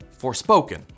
Forspoken